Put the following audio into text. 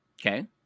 Okay